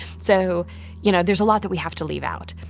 so you know there's a lot that we have to leave out.